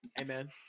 amen